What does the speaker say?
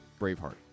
Braveheart